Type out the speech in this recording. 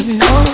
no